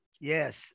yes